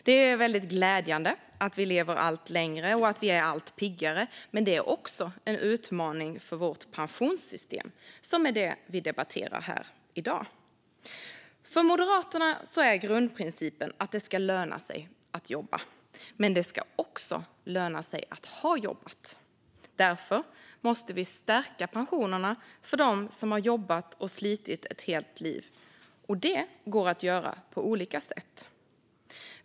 Det är glädjande att vi lever allt längre och att vi är allt piggare. Men det är också en utmaning för vårt pensionssystem, som är det vi debatterar här i dag. För moderaterna är grundprincipen att det ska löna sig att jobba. Men det ska också löna sig att ha jobbat. Därför måste vi stärka pensionerna för dem som har jobbat och slitit ett helt liv. Det går att göra på olika sätt.